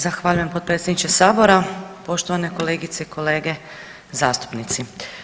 Zahvaljujem potpredsjedniče Sabora, poštovane kolegice i kolege zastupnici.